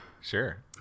Sure